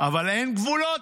אבל אין גבולות?